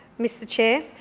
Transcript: mr chair.